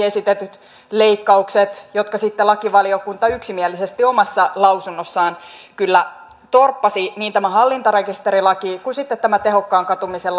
esitetyt leikkaukset jotka sitten lakivaliokunta yksimielisesti omassa lausunnossaan kyllä torppasi kuin myös tämä hallintarekisterilaki ja sitten tämä tehokkaan katumisen